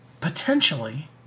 potentially